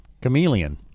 chameleon